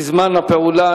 בזמן הפעולה,